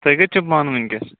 تُہۍ کَتہِ چھِو پانہٕ وُنکٮ۪س